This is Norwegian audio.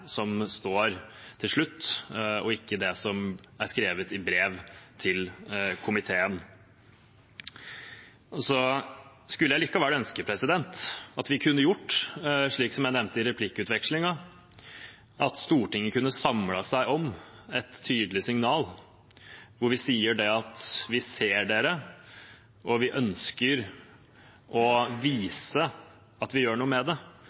som står til slutt, og ikke det som er skrevet i brev til komiteen. Jeg skulle likevel ønske at vi kunne ha gjort slik jeg nevnte i replikkvekslingen, at Stortinget kunne ha samlet seg om et tydelig signal hvor vi sier: Vi ser dere, og vi ønsker å vise at vi gjør noe med det.